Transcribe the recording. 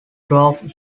through